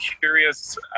curious